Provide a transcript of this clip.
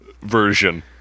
version